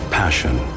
passion